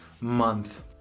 month